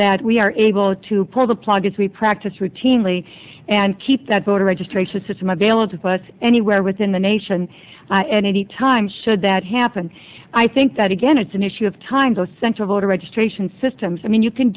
that we are able to pull the plug as we practice routinely and keep that voter registration system available to us anywhere within the nation and any time should that happen i think that again it's an issue of time so central voter registration systems i mean you can